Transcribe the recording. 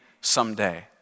someday